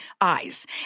eyes